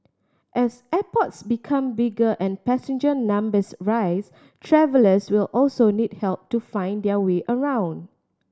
as airports become bigger and passenger numbers rise travellers will also need help to find their way around